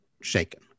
shaken